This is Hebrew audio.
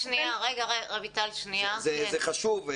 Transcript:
זה חשוב.